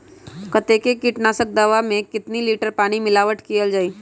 कतेक किटनाशक दवा मे कितनी लिटर पानी मिलावट किअल जाई?